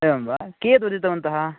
एवं वा कियत् उदितवन्तः